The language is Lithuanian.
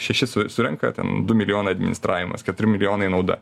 šešis su surenka ten du milijonai administravimas keturi milijonai nauda